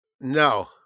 No